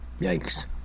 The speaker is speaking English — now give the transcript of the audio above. yikes